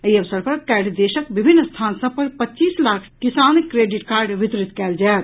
एहि अवसर पर काल्हि देशक विभिन्न स्थान सभ पर पच्चीस लाख किसान क्रेडिट कार्ड वितरित कयल जायत